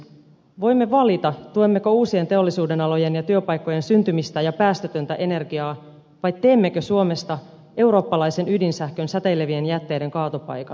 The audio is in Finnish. voimme valita tuemmeko uusien teollisuudenalojen ja työpaikkojen syntymistä ja päästötöntä energiaa vai teemmekö suomesta eurooppalaisen ydinsähkön säteilevien jätteiden kaatopaikan